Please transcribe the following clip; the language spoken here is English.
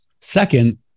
Second